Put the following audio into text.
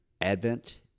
Advent